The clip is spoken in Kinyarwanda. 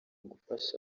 gufasha